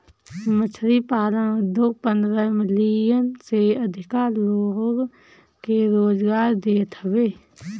मछरी पालन उद्योग पन्द्रह मिलियन से अधिका लोग के रोजगार देत हवे